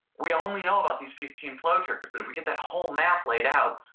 we only know about these fifteen flow triggers, but if we get the whole map laid out,